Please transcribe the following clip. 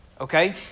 Okay